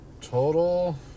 Total